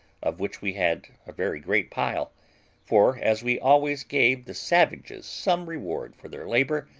of which we had a very great pile for, as we always gave the savages some reward for their labour,